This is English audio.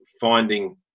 finding